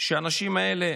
שהאנשים האלה